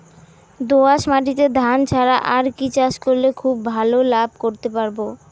দোয়াস মাটিতে ধান ছাড়া আর কি চাষ করলে খুব ভাল লাভ করতে পারব?